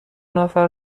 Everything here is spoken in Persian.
نفر